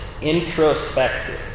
introspective